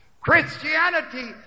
Christianity